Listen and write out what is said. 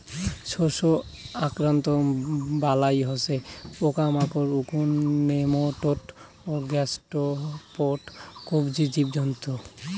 শস্য আক্রান্তর বালাই হসে পোকামাকড়, উকুন, নেমাটোড ও গ্যাসস্ট্রোপড কবচী জীবজন্তু